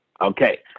Okay